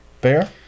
Bear